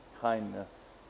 kindness